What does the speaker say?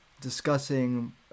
discussing